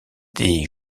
des